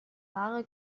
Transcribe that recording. wahre